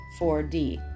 4D